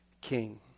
King